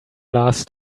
last